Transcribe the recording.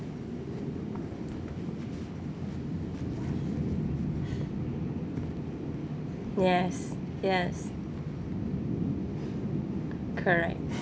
yes yes correct